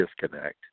disconnect